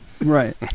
Right